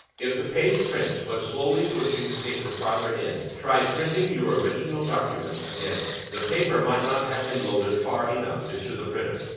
if the page prints when slowly pushing the paper farther in, try printing your original document again. the paper might not have been loaded far enough into the printer.